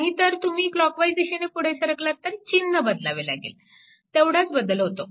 नाहीतर तुम्ही क्लॉकवाईज दिशेने पुढे सरकलात तर चिन्ह बदलावे लागेल केवळ तेवढाच बदल होतो